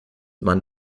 man